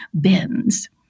bins